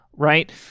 right